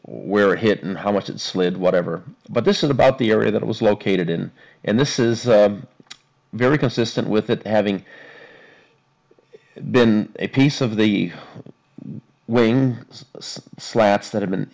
where it hit and how much it slid whatever but this is about the area that it was located in and this is very consistent with it having been a piece of the wing slats that have been